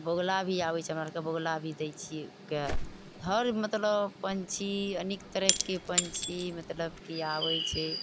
बगुला भी आबै छै हमरा आओरके बगुला भी दै छिए हर मतलब पन्छी अनेक तरहके पन्छी मतलब कि आबै छै